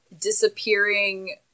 disappearing